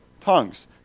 tongues